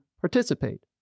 participate